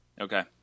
Okay